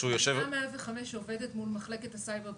105 עובדת מול מחלקת הסייבר,